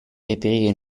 reperire